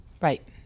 right